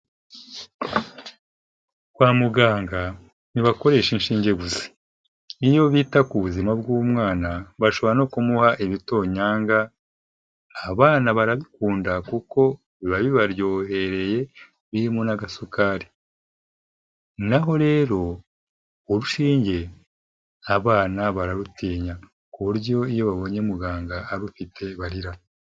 Kwa muganga ntibakoresha inshinge gusa, iyo bita ku buzima bw'umwana bashobora no kumuha ibitonyanga, abana barabikunda kuko biba bibaryohereye birimo n'agasukari, naho rero urushinge abana bararutinya ku buryo iyo babonye muganga arufite barira.